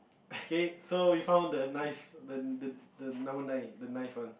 okay so we found the ninth the the the number nine the ninth one